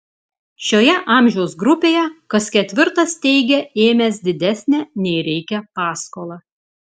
šioje amžiaus grupėje kas ketvirtas teigia ėmęs didesnę nei reikia paskolą